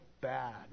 bad